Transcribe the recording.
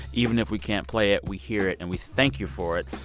even if we can't play it, we hear it, and we thank you for it.